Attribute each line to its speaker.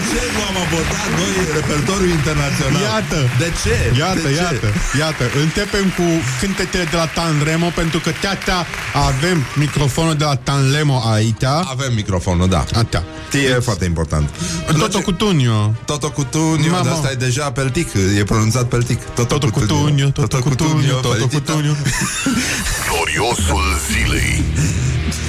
Speaker 1: Ce, m-am abordat? Noi, repertoriul internațional.
Speaker 2: Iată.
Speaker 1: De ce?
Speaker 2: Iată,
Speaker 1: De ce?
Speaker 2: iată, iată. Începem cu cântecele de la Tan Remo, pentru că, tea, tea, avem microfonul de la Tan Remo aici.
Speaker 1: Avem microfonul, da.
Speaker 2: Atea.
Speaker 1: E
Speaker 2: Deci-
Speaker 1: foarte important.
Speaker 2: Totocutuniu.
Speaker 1: Totocutuniu,
Speaker 2: Mamă.
Speaker 1: dar asta e deja peltic, e pronunțat peltic. Totocutuniu.
Speaker 2: Totocutuniu, totocutuniu,
Speaker 1: Totocutuniu,
Speaker 2: totocutuniu.
Speaker 1: felicitări.
Speaker 3: Gloriosul zilei.